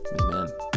amen